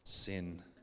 sin